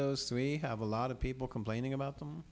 those three have a lot of people complaining about them